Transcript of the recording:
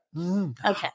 Okay